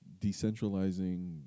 decentralizing